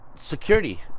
security